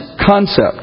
concept